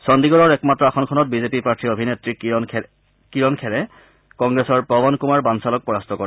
চণ্ডিগড্ৰ একমাত্ৰ আসনখনত বিজেপি প্ৰাৰ্থী অভিনেত্ৰী কিৰণ খেৰে কংগ্ৰেছৰ পৱন কুমাৰ বাঞ্চালক পৰাস্ত কৰে